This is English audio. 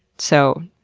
so,